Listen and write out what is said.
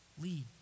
Lead